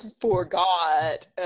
forgot